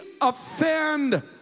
offend